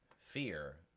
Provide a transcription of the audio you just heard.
Fear